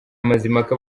mazimpaka